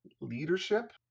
leadership